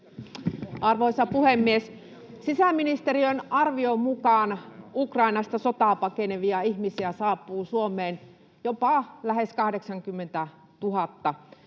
Arvoisa puhemies! Sisäministeriön arvion mukaan Ukrainasta sotaa pakenevia ihmisiä saapuu Suomeen jopa lähes 80 000,